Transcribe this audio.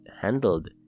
handled